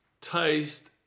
taste